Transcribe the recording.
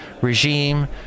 regime